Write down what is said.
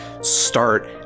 start